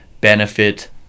benefit